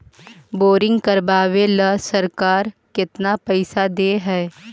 Boring करबाबे ल सरकार केतना पैसा दे है?